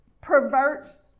perverts